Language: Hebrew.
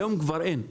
היום כבר אין,